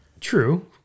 True